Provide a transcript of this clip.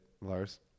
Lars